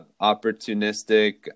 opportunistic